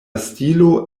stilo